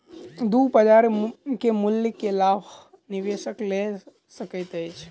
दू बजार के मूल्य के लाभ निवेशक लय सकैत अछि